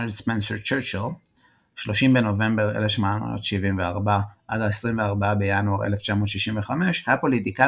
Spencer-Churchill; 30 בנובמבר 1874 – 24 בינואר 1965 היה פוליטיקאי